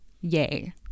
yay